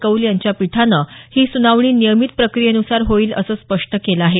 कौल यांच्या पीठानं ही सुनावणी नियमित प्रक्रियेन्सार होईल असं स्पष्ट केलं आहे